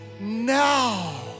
Now